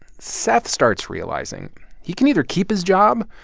seth starts realizing he can either keep his job,